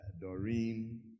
Doreen